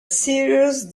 serious